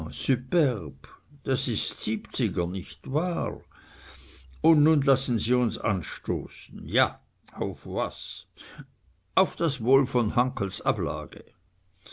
das ist siebziger nicht wahr und nun lassen sie uns anstoßen ja auf was auf das wohl von hankels ablage